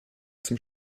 zum